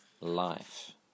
life